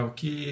que